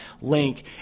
link